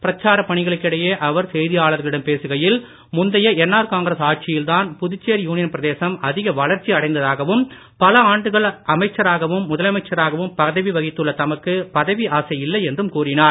பிரச்சாரப் பணிகளுக்கிடையே அவர் செய்தியாளர்களிடம் பேசுகையில் முந்தைய என்ஆர் காங்கிரஸ் ஆட்சியில்தான் புதுச்சேரி யூனியன் பிரதேசம் அதிக வளர்ச்சி அடைந்ததாகவும் பல ஆண்டுகள் அமைச்சராகவும் முதலமைச்சராகவும் பதவி வகித்துள்ள தமக்கு பதவி ஆசை இல்லை என்றும் கூறினார்